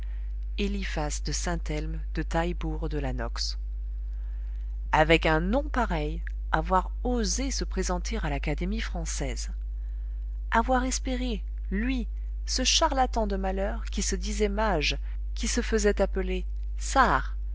eliphas de saint-elme de taillebourg de la nox avec un nom pareil avoir osé se présenter à l'académie française avoir espéré lui ce charlatan de malheur qui se disait mage qui se faisait appeler sâr